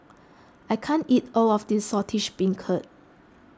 I can't eat all of this Saltish Beancurd